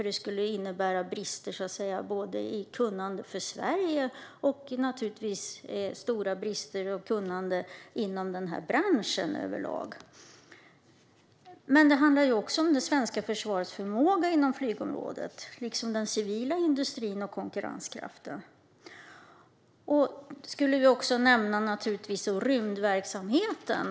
Det skulle ju innebära brister, så att säga, i kunnande för Sverige och naturligtvis stora brister i kunnande inom denna bransch överlag. Men det handlar också om det svenska försvarets förmåga inom flygområdet liksom om den civila industrin och om konkurrenskraften. Vi kan naturligtvis också nämna rymdverksamheten.